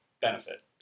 benefit